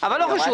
אבל לא חשוב.